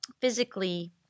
physically